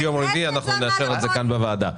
ביום רביעי, אנחנו נאשר את זה כאן בוועדה.